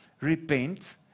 Repent